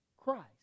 Christ